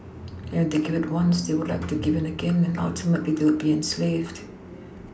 and if they give in once they would have to give in again and ultimately they would be enslaved